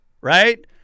right